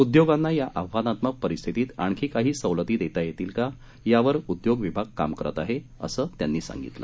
उद्योगांना या आव्हानात्मक परिस्थितीत आणखी काही सवलती देता येतील का यावर उद्योग विभाग काम करत आहे असं त्यांनी सांगितलं